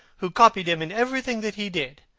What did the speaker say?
who copied him in everything that he did,